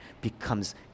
becomes